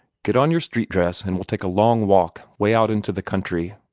get on your street dress, and we'll take a long walk, way out into the country.